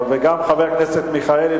וגם חבר הכנסת מיכאלי,